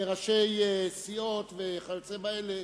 ראשי הסיעות וכיוצא באלה.